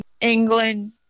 England